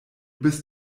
bist